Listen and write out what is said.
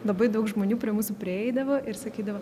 labai daug žmonių prie mūsų prieidavo ir sakydavo